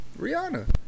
Rihanna